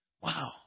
Wow